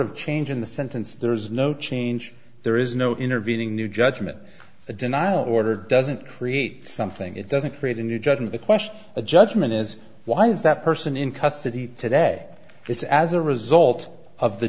of change in the sentence there is no change there is no intervening new judgment a denial order doesn't create something it doesn't create a new judge and the question a judgment is why is that person in custody today it's as a result of the